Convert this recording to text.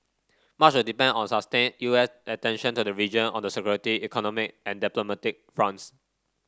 much will depend on sustained U S attention to the region on the security economic and diplomatic fronts